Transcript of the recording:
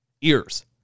ears